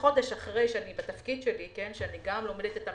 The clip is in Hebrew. חודש אחרי שאני בתפקידי, שאני גם לומדת את המשרד,